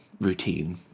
routine